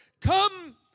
come